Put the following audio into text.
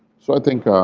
so i think um